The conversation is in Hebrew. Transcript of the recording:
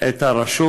את הרשות.